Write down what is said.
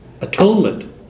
atonement